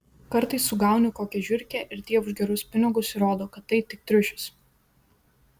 kartais sugauni kokią žiurkę o tie už gerus pinigus įrodo kad tai tik triušis